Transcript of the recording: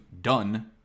done